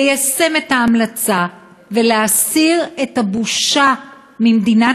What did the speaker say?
ליישם את ההמלצה ולהסיר את הבושה ממדינת